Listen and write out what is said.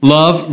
love